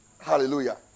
hallelujah